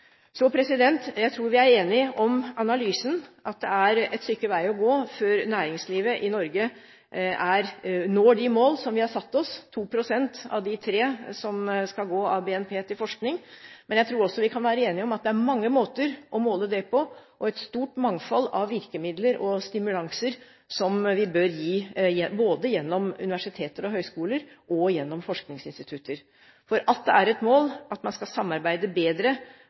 Så jeg tror vi er enige om analysen, at det er et stykke vei å gå før næringslivet i Norge når de mål som vi har satt oss – 2 av de 3 pst. som skal gå av BNP til forskning. Men jeg tror også vi kan være enige om at det er mange måter å måle det på, og et stort mangfold av virkemidler og stimulanser som vi bør gi både gjennom universiteter og høgskoler og gjennom forskningsinstitutter. For at det er et mål at man skal samarbeide bedre